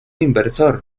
inversor